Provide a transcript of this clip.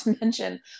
mention